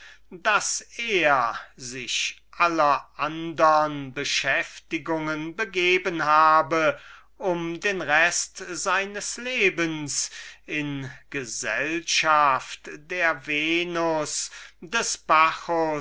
daß er sich aller andern beschäftigungen begeben habe um den rest seines lebens in gesellschaft der venus des bacchus